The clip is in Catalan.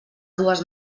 dues